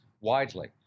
widely